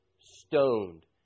Stoned